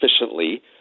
efficiently